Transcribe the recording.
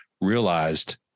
realized